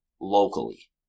locally